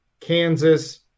Kansas